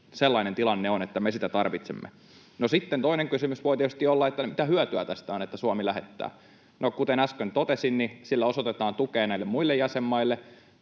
sellainen tilanne on, että me sitä tarvitsemme. No, sitten toinen kysymys voi tietysti olla, mitä hyötyä tästä on, että Suomi lähettää. Kuten äsken totesin, sillä osoitetaan tukea näille muille jäsenmaille